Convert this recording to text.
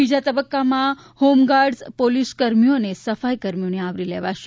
બીજા તબક્કામાં home guard police કર્મીઓ તથા સફાઇ કર્મીઓને આવરી લેવાશે